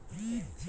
okay